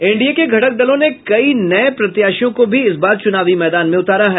NDA के घटक दलों ने कई नये प्रत्याशियों को भी इस बार चुनावी मैदान में उतारा है